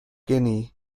guinea